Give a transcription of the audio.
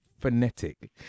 phonetic